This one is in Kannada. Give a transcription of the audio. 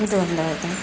ಇದು ಒಂದ್ ಆಯಿತಾ